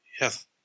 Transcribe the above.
Yes